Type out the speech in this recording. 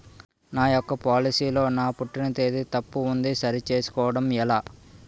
నా యెక్క పోలసీ లో నా పుట్టిన తేదీ తప్పు ఉంది సరి చేసుకోవడం ఎలా?